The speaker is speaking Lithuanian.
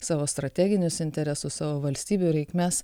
savo strateginius interesus savo valstybių reikmes